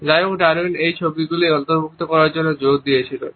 যাই হোক ডারউইন এই ছবিগুলি অন্তর্ভুক্ত করার জন্য জোর দিয়েছিলেন